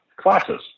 classes